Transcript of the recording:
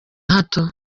hato